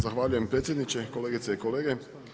Zahvaljujem predsjedniče, kolegice i kolege.